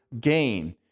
gain